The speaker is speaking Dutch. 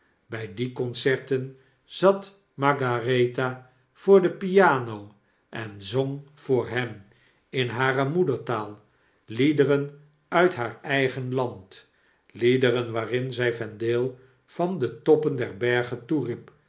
bij die concerten zat margaretha voor de piano en zong voor hen in hare moedertaal liederen uit haar eigen land liederen waarin zy vendale van de toppen der bergen toeriep